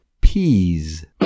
Peas